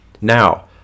Now